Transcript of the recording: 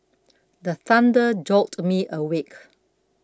the thunder jolt me awake